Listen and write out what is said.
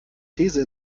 these